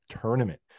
Tournament